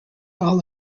all